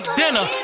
dinner